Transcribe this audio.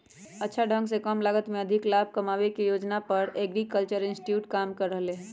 अच्छा ढंग से कम लागत में अधिक लाभ कमावे के योजना पर एग्रीकल्चरल इंस्टीट्यूट काम कर रहले है